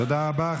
תודה רבה.